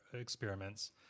experiments